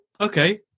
okay